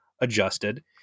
adjusted